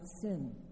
sin